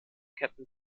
ketten